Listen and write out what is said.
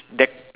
that